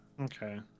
Okay